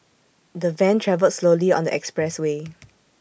the van travelled slowly on the expressway